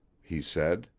he said.